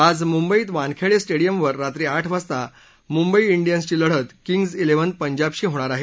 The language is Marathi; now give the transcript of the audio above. आज मुंबईत वानखेडे स्टेडियमवर रात्री आठ वाजता मुंबई इंडियन्सची लढत किंग्ज इलेव्हन पंजाबशी होणार आहे